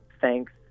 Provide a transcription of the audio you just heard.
thanks